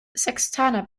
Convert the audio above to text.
sextaner